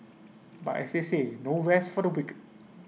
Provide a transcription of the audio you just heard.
but as they say no rest for the wicked